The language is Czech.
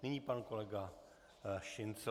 Nyní pan kolega Šincl.